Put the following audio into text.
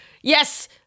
Yes